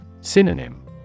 Synonym